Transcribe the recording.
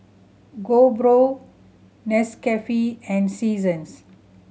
GoPro Nescafe and Seasons